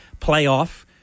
playoff